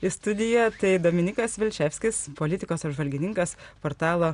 į studiją tai dominikas vilčevskis politikos apžvalgininkas portalo